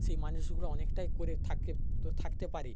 সেই মানুষগুলো অনেকটাই করে থাকে তো থাকতে পারে